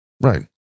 Right